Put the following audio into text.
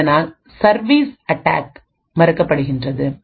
இதனால்சர்வீஸ் attack மறுக்கப்படுகின்றது